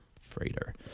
freighter